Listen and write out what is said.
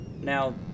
now